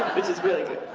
which is really good.